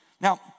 Now